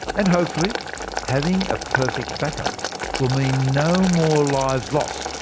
and, hopefully having a perfect backup will mean no more lives lost,